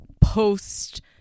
post-